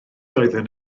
oeddwn